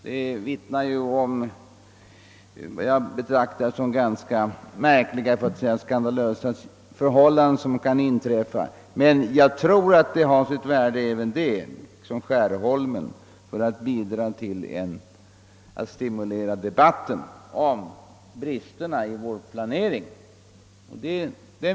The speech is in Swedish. Detta vittnar enligt min mening om ganska märkliga, för att inte säga skandalösa förhållanden men jag tror att detta liksom fallet Skärholmen kan vara av värde för att stimulera debatten om bristerna i vår planering.